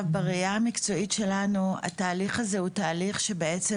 בראייה המקצועית שלנו התהליך הזה הוא תהליך שבעצם